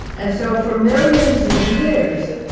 and so for millions of years,